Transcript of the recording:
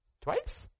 Twice